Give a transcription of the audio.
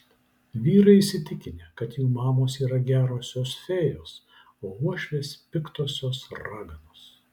vyrai įsitikinę kad jų mamos yra gerosios fėjos o uošvės piktosios raganos